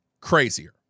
crazier